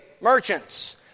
merchants